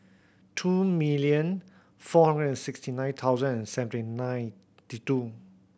two million four hundred and sixty nine thousand and seventy ninety two